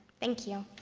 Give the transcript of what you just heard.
thank you.